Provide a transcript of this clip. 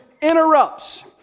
interrupts